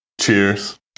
cheers